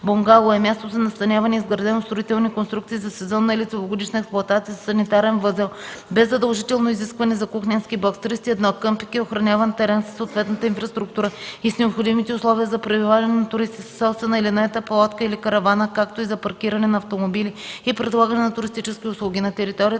„Бунгало” е място за настаняване, изградено от строителни конструкции за сезонна или целогодишна експлоатация, със санитарен възел, без задължително изискване за кухненски бокс. 31. „Къмпинг” е охраняван терен със съответната инфраструктура и с необходимите условия за пребиваване на туристи със собствена или наета палатка или каравана, както и за паркиране на автомобили и предлагане на туристически услуги. На територията